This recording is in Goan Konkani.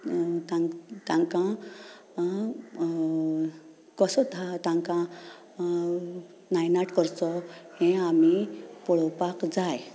तांकां तांकां कसो तांकां नयनाआड करचो हें आमी पळोवपाक जाय